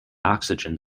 oxygen